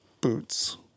boots